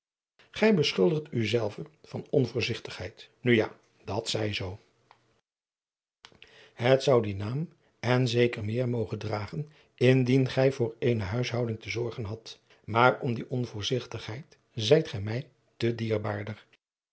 gij beschuldigt u zelve van onvoorzigtigheid nu ja dat zij zoo het zou dien naam en zeker meer mogen dragen indien gij voor eene huishouding te zorgen hadt maar om die onvoorzigtigheid zijt gij mij te dierbaarder